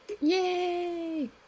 Yay